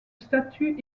statuts